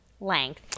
length